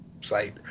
site